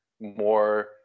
more